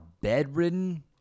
bedridden